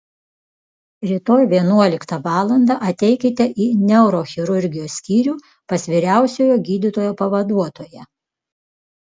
rytoj vienuoliktą valandą ateikite į neurochirurgijos skyrių pas vyriausiojo gydytojo pavaduotoją